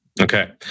Okay